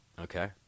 Okay